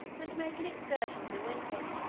and making excursions in winter,